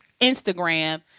Instagram